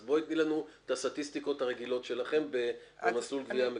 אז תני לנו את הסטטיסטיקות הרגילות שלכם במסלול הגבייה המקוצר.